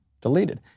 deleted